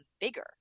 bigger